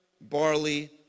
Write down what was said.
barley